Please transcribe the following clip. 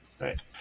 Right